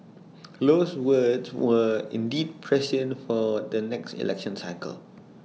Low's words were indeed prescient for the next election cycle